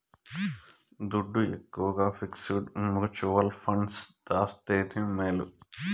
దుడ్డు ఎక్కవగా fixed mutual funds దాస్తేనే మేలు